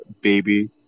baby